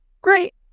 great